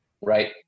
right